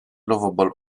lovable